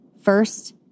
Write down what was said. First